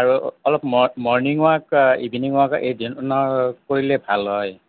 আৰু অলপ ম মৰণিং ৱাক ইভিনিং ৱাক এই দিনৰ কৰিলে ভাল হয়